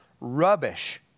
rubbish